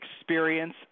experience